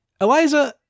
Eliza